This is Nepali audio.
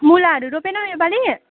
मुलाहरू रोपेनौ योपालि